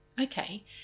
okay